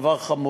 וזה דבר חמור,